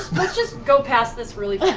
let's just go past this really